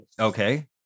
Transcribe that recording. Okay